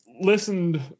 listened